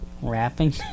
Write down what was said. Rapping